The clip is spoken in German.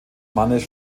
mannes